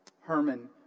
Herman